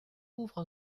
ouvre